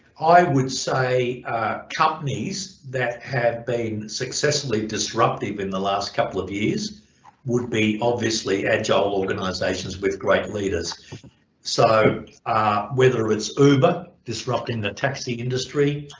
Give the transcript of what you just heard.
i would say companies that have been successfully disruptive in the last couple of years would be obviously agile organisations with great leaders so whether it's uber disrupting the taxi industry,